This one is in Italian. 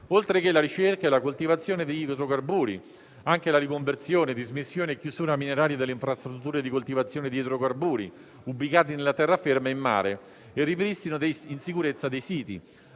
oltre che la ricerca e la coltivazione degli idrocarburi, anche la riconversione, dismissione e chiusura mineraria delle infrastrutture di coltivazione di idrocarburi ubicate nella terraferma e in mare; il ripristino in sicurezza dei siti,